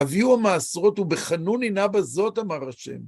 הביאו המעשרות ובחנוני נא בזאת, אמר השם.